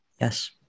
Yes